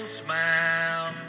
smile